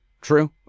True